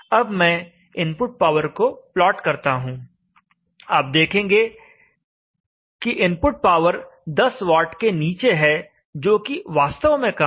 अब मैं input power को प्लॉट करता हूं आप देखेंगे कि इनपुट पावर 10 वाट के नीचे है जो कि वास्तव में कम है